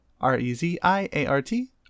R-E-Z-I-A-R-T